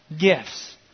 gifts